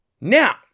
Now